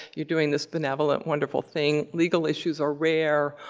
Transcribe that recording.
you're doing this benevolent, wonderful thing. legal issues are rare.